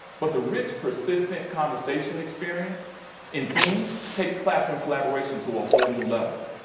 but the rich, persistent conversation experience in teams takes classroom collaboration to a whole new level.